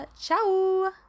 ciao